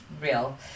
real